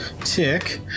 Tick